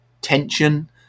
tension